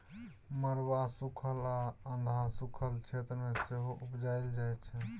मरुआ सुखल आ अधहा सुखल क्षेत्र मे सेहो उपजाएल जाइ छै